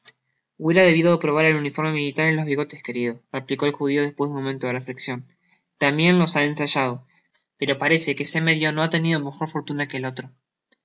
hubiera debido probar el uniforme militar y los bigotes querido replicó el judio despues de un momento de reflecsion tambien los ha ensayado pero parece que este medio no ha tenido mejor fortuna que el otro